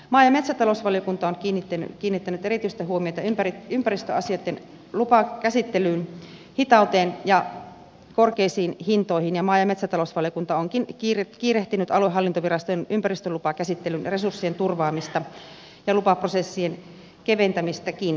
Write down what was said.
maa ja metsätalousvaliokunta on kiinnittänyt erityistä huomiota ympäristöasioitten lupakäsittelyn hitauteen ja korkeisiin hintoihin ja maa ja metsätalousvaliokunta onkin kiirehtinyt aluehallintovirastojen ympäristölupakäsittelyn resurssien turvaamista ja lupaprosessien keventämistäkin